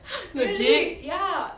legit